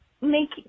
make